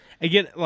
Again